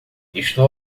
estou